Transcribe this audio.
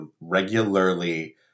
regularly